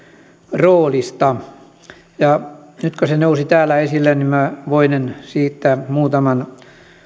roolista nyt kun se nousi täällä esille niin minä voinen siitä muutaman